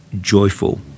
joyful